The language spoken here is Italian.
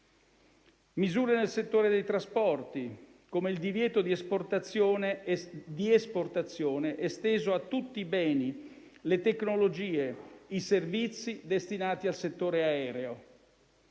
misure nel settore dei trasporti, come il divieto di esportazione esteso a tutti i beni, le tecnologie, i servizi destinati al settore aereo;